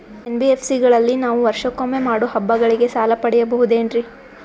NBSC ಗಳಲ್ಲಿ ನಾವು ವರ್ಷಕೊಮ್ಮೆ ಮಾಡೋ ಹಬ್ಬಗಳಿಗೆ ಸಾಲ ಪಡೆಯಬಹುದೇನ್ರಿ?